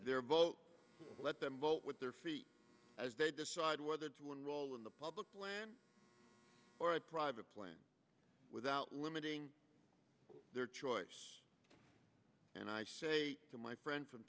their vote let them vote with their feet as they decide whether to enroll in the public plan or a private plan without limiting their choice and i say to my friend from